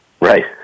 Right